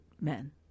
men